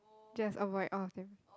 just avoid all of them